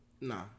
Nah